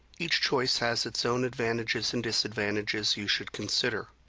each choice has its own advantages and disadvantages you should consider.